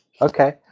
Okay